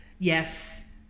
Yes